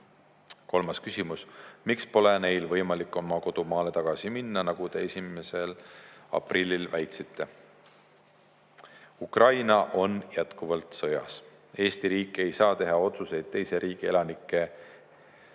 Kolmas küsimus: "Miks pole neil võimalik oma kodumaale tagasi minna, nagu te 1. aprillil väitsite?" Ukraina on jätkuvalt sõjas. Eesti riik ei saa teha otsuseid teise riigi elanike eest,